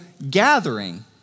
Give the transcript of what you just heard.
gathering